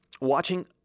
watching